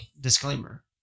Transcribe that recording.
disclaimer